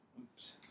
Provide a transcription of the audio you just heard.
Oops